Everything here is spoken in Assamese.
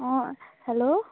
অঁ হেল্ল'